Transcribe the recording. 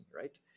right